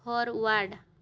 forward